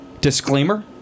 disclaimer